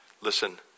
listen